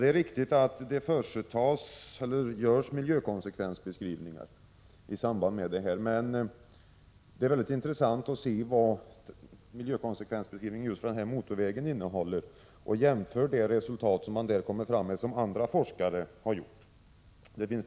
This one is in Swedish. Det är riktigt att det görs miljökonsekvensbeskrivningar. Men det är väldigt intressant att se vad dessa miljökonsekvensbeskrivningar för just denna motorväg innehåller och jämföra dem med de resultat som andra forskare har kommit fram till.